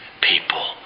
people